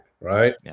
right